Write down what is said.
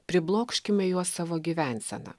priblokškime juos savo gyvensena